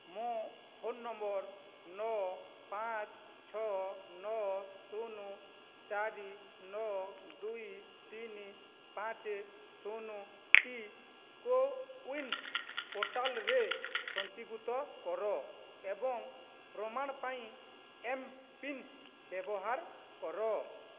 ମୋ phone number ନଅ ପାଞ୍ଚ ଛଅ ନଅ ଶୂନ ଚାରି ନଅ ଦୁଇ ତିନି ପାଞ୍ଚେ ଶୂନଟି କୋୱିନ୍ ପୋର୍ଟାଲ୍ରେ ପଞ୍ଜୀକୃତ କର ଏବଂ ପ୍ରମାଣ ପାଇଁ ଏମ୍ପିନ୍ ବ୍ୟବହାର କର